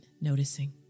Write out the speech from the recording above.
noticing